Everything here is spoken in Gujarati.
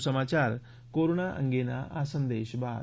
વધુ સમાચાર કોરોના અંગેના આ સંદેશ બાદ